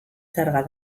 zerga